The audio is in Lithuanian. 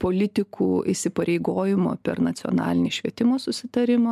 politikų įsipareigojimo per nacionalinį švietimo susitarimą